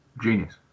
Genius